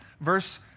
Verse